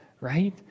right